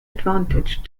advantage